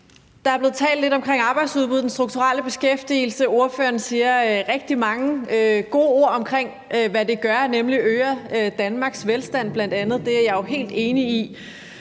der er blevet talt lidt om arbejdsudbuddet og den strukturelle beskæftigelse, og ordføreren siger rigtig mange gode ord omkring, hvad det gør, nemlig at det bl.a. øger Danmarks velstand. Det er jeg jo helt enig i,